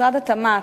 2. משרד התמ"ת